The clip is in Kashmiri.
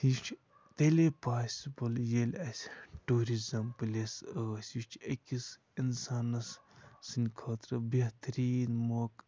یہِ چھُ تیٚلی پاسِبٕل ییٚلہِ اَسہِ ٹوٗرِزٕم پٕلیس ٲسۍ یہِ چھُ أکِس اِنسانس سٕنٛدۍ خٲطرٕ بہتریٖن موقہٕ